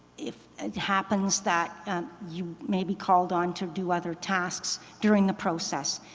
if it happens that you may be called on to do other tasks during the process.